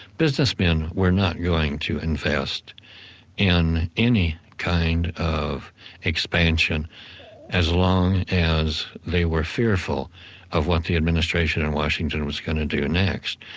businessmen were not going to invest in any kind of expansion as long as they were fearful of what the administration in washington was going to do next.